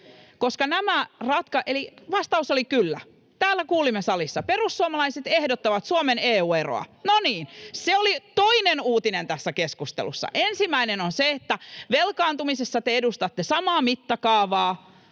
Mäkynen: Kyllä!] — Eli vastaus oli ”kyllä”. Täällä kuulimme salissa: perussuomalaiset ehdottavat Suomen EU-eroa. — No niin, se oli toinen uutinen tässä keskustelussa. Ensimmäinen oli se, että velkaantumisessa te edustatte samaa mittakaavaa